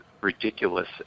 ridiculous